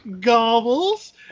gobbles